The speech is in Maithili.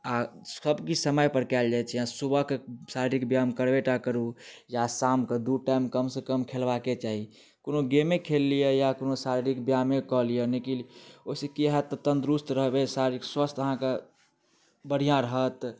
आ सब किछु समय पर कयल जाइत छै सुबह कऽ शारीरिक व्यायाम करबे टा करू या शाम कऽ दू टाइम कम से कम खेलबाके चाही कोनो गेमे खेल लिअ या कोनो शारीरिक व्यायामे कऽ लिअ लेकिन ओहिसँ की होयत तऽ तंदुरस्त रहबै शारीरिक स्वस्थ अहाँकेँ बढ़िआ रहत